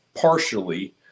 partially